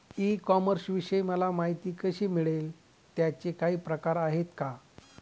E कॉमर्सविषयी मला माहिती कशी मिळेल? त्याचे काही प्रकार आहेत का?